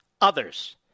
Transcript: others